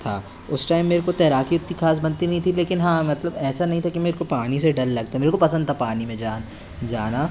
था उस टाइम मेरे को तैराकी इतनी खास बनती नई थी लेकिन हाँ मतलब ऐसा नहीं था कि मेरे को पानी से डर लगता मेरे को पसंद था पानी में जान जाना